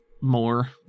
more